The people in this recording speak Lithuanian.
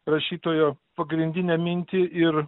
rašytojo pagrindinę mintį ir